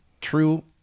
True